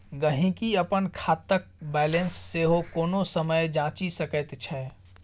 गहिंकी अपन खातक बैलेंस सेहो कोनो समय जांचि सकैत छै